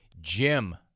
Jim